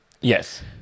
Yes